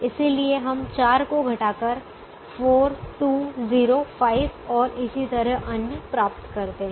इसलिए हम 4 को घटाकर 4 2 0 5 और इसी तरह अन्य प्राप्त करते हैं